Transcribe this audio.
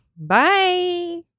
bye